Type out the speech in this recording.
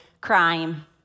crime